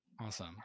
Awesome